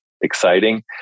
exciting